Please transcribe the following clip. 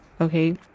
Okay